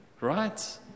right